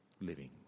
living